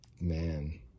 Man